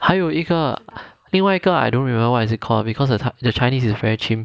还有一个另外一个 I don't really remember what is it called because the the chinese is very chim